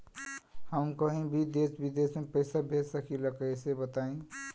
हम कहीं भी देश विदेश में पैसा भेज सकीला कईसे बताई?